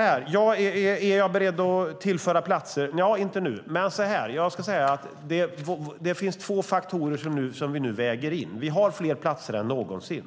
Är jag beredd att tillföra platser? Nja, inte nu. Det finns två faktorer som vi nu väger in. Vi har fler platser än någonsin